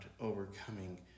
overcoming